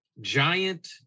giant